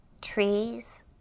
Trees